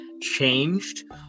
changed